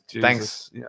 thanks